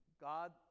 God